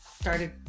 started